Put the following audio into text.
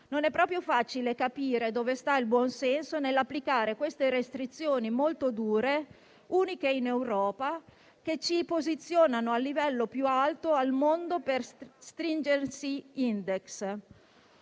Non è proprio facile capire dove sta il buon senso nell'applicare queste restrizioni molto dure, uniche in Europa, che ci posizionano al livello più alto al mondo per *stringency index*.